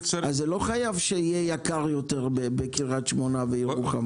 חייב שיהיה במקומות האלה בקרית שמונה או ירוחם